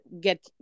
get